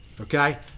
Okay